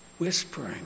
whispering